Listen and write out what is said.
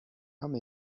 come